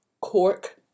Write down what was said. Cork